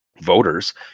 voters